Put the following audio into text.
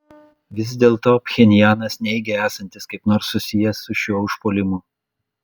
vis dėlto pchenjanas neigia esantis kaip nors susijęs su šiuo užpuolimu